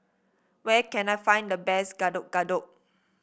where can I find the best Getuk Getuk